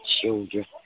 children